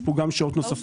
יש פה גם שעות נוספות,